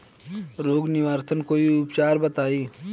रोग निवारन कोई उपचार बताई?